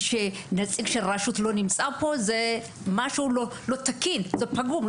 נציג של רשות שלא נמצא פה הוא משהו לא תקין; זה פגום.